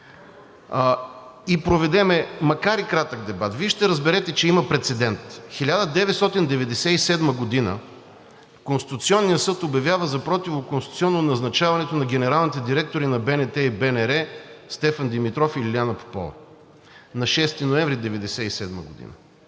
и проведем, макар и кратък дебат, Вие ще разберете, че има прецедент – 1997 г. Конституционният съд обявява за противоконституционно назначаването на генералните директори на БНТ и БНР Стефан Димитров и Лиляна Попова, на 6 ноември 1997 г.